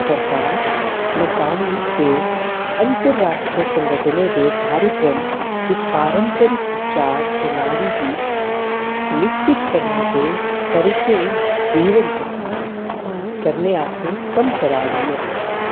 सरकार मकामी ते अंतर्राश्ट्री संगठनें दे कार्यक्रम इस पारंपरिक उपचार प्रणाली गी विकसत करने ते परिते जीवंत करने आस्तै कम्म करा दी ऐ